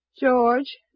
George